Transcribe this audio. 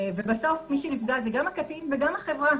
בסוף מי שנפגע זה גם הקטין וגם החברה.